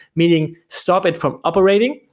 meaning stop it from operating,